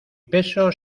peso